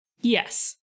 Yes